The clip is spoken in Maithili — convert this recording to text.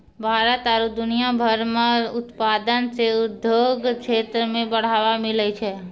भारत आरु दुनिया भर मह उत्पादन से उद्योग क्षेत्र मे बढ़ावा मिलै छै